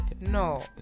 no